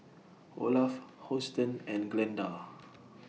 Olaf Houston and Glenda